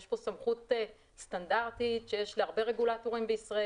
יש כאן סמכות סטנדרטית שיש לה הרבה רגולטורים בישראל